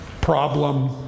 problem